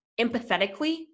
empathetically